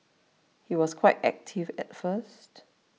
he was quite active at first